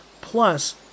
plus